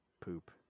poop